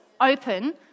open